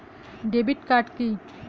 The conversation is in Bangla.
Debit card key?